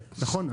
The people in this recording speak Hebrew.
נכון.